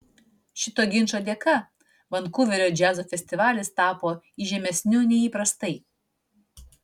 šito ginčo dėka vankuverio džiazo festivalis tapo įžymesniu nei įprastai